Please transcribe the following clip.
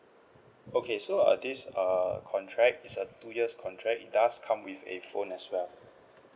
okay so err this err contract is a two years contract does come with a phone as well